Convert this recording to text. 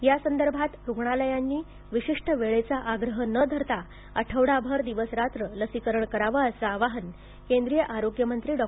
यासंदर्भात रुग्णालयांनी वशिष्ट वेळेचा आग्रह न धरता आठवडाभर दिवसरात्र लसीकरण करावं असं आवाहन केंद्रीय आरोग्य मंत्री डॉ